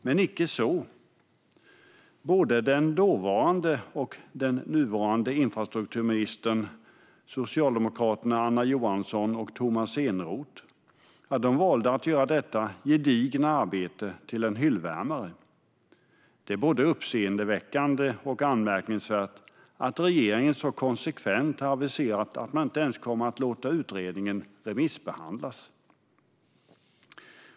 Men icke så - både den dåvarande och den nuvarande infrastrukturministern, socialdemokraterna Anna Johansson och Tomas Eneroth, valde att göra detta gedigna arbete till en hyllvärmare. Det är både uppseendeväckande och anmärkningsvärt att regeringen så konsekvent har aviserat att man inte ens kommer att låta utredningen remissbehandlas.